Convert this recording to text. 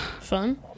Fun